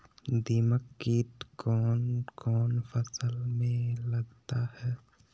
दीमक किट कौन कौन फसल में लगता है?